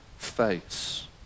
face